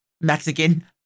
Mexican